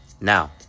now